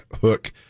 Hook